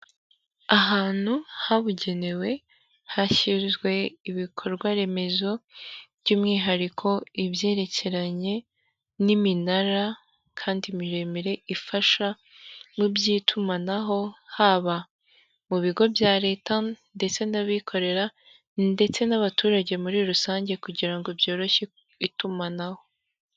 Ahantu habugenewe hashyizwe ibikorwa remezo by'umwihariko ibyerekeranye n'iminara kandi miremire ifasha mu by'itumanaho, haba mu bigo bya leta ndetse n'abikorera, ndetse n'abaturage muri rusange kugira ngo byoroshye itumanaho.